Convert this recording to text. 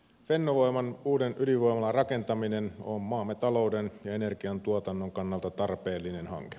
fennovoiman uuden ydinvoimalan rakentaminen on maamme talouden ja energiantuotannon kannalta tarpeellinen hanke